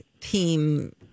team